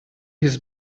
his